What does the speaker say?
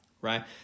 right